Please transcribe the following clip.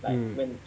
hmm